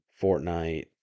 Fortnite